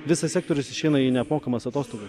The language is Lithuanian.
visas sektorius išeina į neapmokamas atostogas